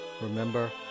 remember